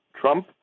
Trump